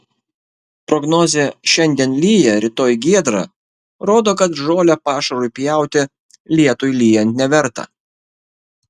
prognozė šiandien lyja rytoj giedra rodo kad žolę pašarui pjauti lietui lyjant neverta